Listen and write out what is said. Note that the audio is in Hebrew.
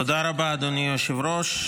תודה רבה, אדוני היושב-ראש.